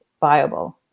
viable